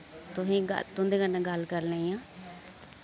तुसें ग तुं'दे कन्नै गल्ल करन लगी आं